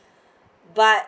but